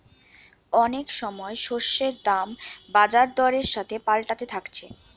অনেক সময় শস্যের দাম বাজার দরের সাথে পাল্টাতে থাকছে